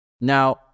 Now